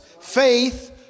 faith